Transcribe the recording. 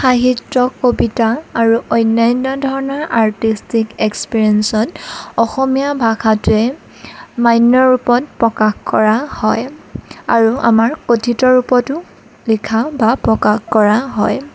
সাহিত্য কবিতা আৰু অন্যান্য ধৰণৰ আৰ্টিষ্টিক এক্সপ্ৰেচনত অসমীয়া ভাষাটোৱে মান্য ৰুপত প্ৰকাশ কৰা হয় আৰু আমাৰ অতীতৰ ৰুপটো লিখা বা প্ৰকাশ কৰা হয়